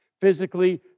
physically